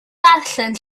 darllen